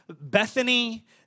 Bethany